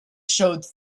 showed